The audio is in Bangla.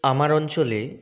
আমার অঞ্চলে